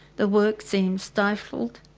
the work seemed stifled,